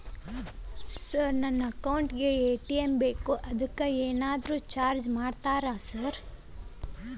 Sir ನನ್ನ account ಗೇ ATM ಬೇಕು ಅದಕ್ಕ ಏನಾದ್ರು ಚಾರ್ಜ್ ಮಾಡ್ತೇರಾ ಸರ್?